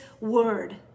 word